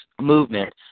movement